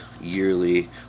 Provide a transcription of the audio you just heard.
yearly